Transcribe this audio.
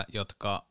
jotka